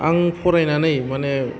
आं फरायनानै माने